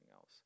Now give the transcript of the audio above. else